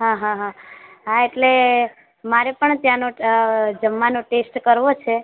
હ હ હ હા એટલે મારે પણ ત્યાંનો જમવાનો ટેસ્ટ કરવો છે